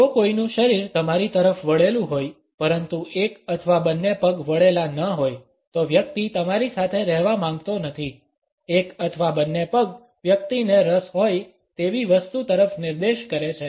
જો કોઈનું શરીર તમારી તરફ વળેલું હોય પરંતુ એક અથવા બંને પગ વળેલા q હોય તો વ્યક્તિ તમારી સાથે રહેવા માંગતો નથી એક અથવા બંને પગ વ્યક્તિને રસ હોય તેવી વસ્તુ તરફ નિર્દેશ કરે છે